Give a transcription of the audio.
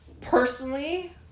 personally